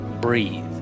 breathe